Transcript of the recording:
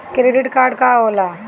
Credit card का होला?